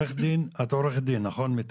את עורכת דין, נכון, מיטל?